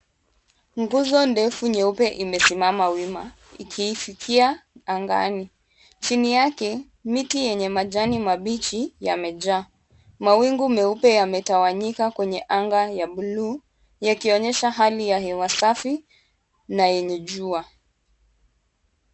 Nguzo ndefu nyeupe imesimama wima ikiifikia angani. Chini yake miti yenye majani mabichi yamejaa. Mawingu meupe yametawanyika kwenye anga ya bluu yakionyesha hali ya hewa safi na yenye jua.